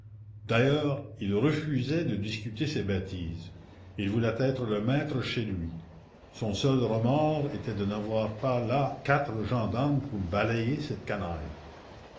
d'ailleurs il refusait de discuter ces bêtises il voulait être le maître chez lui son seul remords était de n'avoir pas là quatre gendarmes pour balayer cette canaille